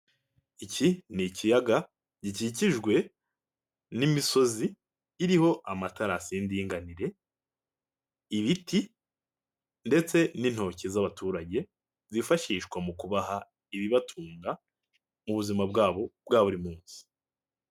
Iki n'ikiyaga gikikijwe n'imisozi iriho amatarasi y'indinganire, ibiti ndetse n'intoki z'abaturage zifashishwa mu kubaha ibibatunga mu buzima bwabo bwa buri munsi.